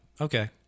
Okay